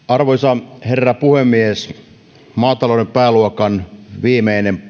arvoisa herra puhemies maatalouden pääluokan viimeinen